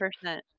percent